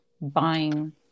buying